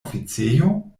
oficejo